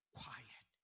quiet